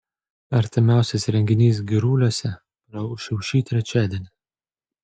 artimiausias renginys giruliuose praūš jau šį trečiadienį